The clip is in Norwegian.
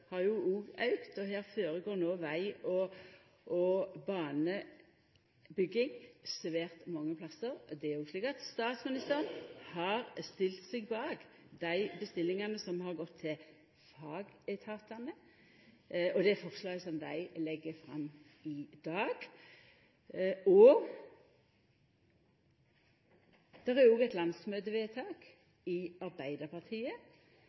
og det føregår no veg- og banebygging svært mange plassar. Statsministeren har stilt seg bak dei bestillingane som har gått til fagetatane, og det forslaget som dei legg fram i dag. Det er òg eit landsmøtevedtak i Arbeidarpartiet